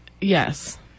Yes